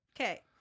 Okay